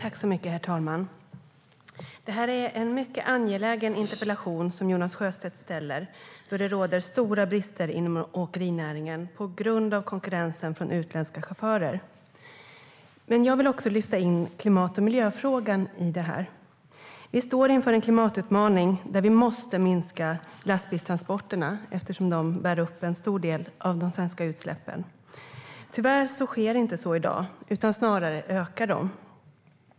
Herr talman! Det är en mycket angelägen interpellation som Jonas Sjöstedt ställt, då det råder stora brister inom åkerinäringen på grund av konkurrensen från utländska chaufförer. För min del vill jag lyfta in klimat och miljöfrågan i detta. Vi står inför en klimatutmaning. Vi måste minska lastbilstransporterna, eftersom de bär upp en stor del av de svenska utsläppen. Tyvärr sker inte så i dag. Snarare ökar de.